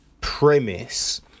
premise